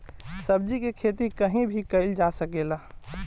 सब्जी के खेती कहीं भी कईल जा सकेला